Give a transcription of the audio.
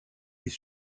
est